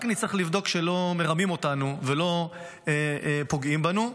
רק נצטרך לבדוק שלא מרמים אותנו ולא פוגעים בנו.